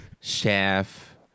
Chef